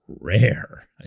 rare